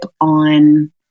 on